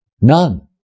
None